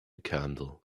candle